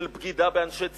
של בגידה באנשי צד"ל,